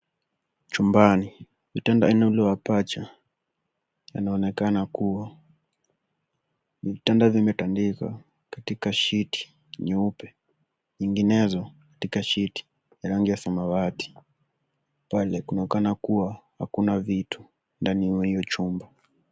Chumbani vitanda aina ile ya mapacha vinaonekana kuwa. Vitanda vimetandikwa katika shiti nyeupe, nyinginezo katika shiti ya rangi ya samawati. Pale kunaoneaka kuwa hakuna vitu ndani ya chumba.